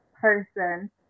person